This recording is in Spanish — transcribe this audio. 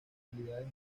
tonalidades